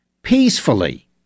peacefully